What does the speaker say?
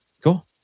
Cool